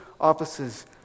offices